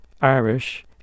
Irish